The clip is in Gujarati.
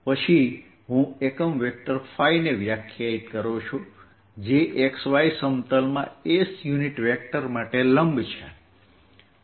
પછી હું યુનિટ વેક્ટર ને વ્યાખ્યાયિત કરું છું જે X Y સમતલમાં S યુનિટ વેક્ટર માટે લંબ છે